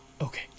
Okay